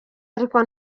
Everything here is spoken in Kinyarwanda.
ariko